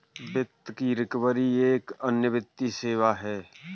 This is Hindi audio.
वित्त की रिकवरी एक अन्य वित्तीय सेवा है